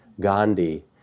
Gandhi